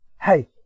hey